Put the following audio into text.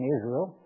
Israel